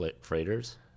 freighters